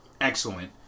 excellent